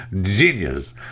Genius